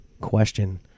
question